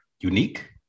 unique